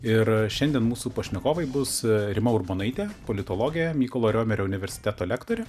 ir a šiandien mūsų pašnekovai bus rima urbonaitė politologė mykolo romerio universiteto lektorė